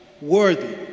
worthy